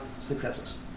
successes